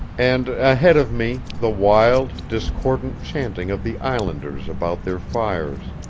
and ahead of me, the wild, discordant chanting of the islanders about their fires.